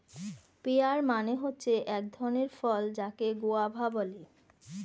pair মানে হচ্ছে এক ধরণের ফল যাকে গোয়াভা বলে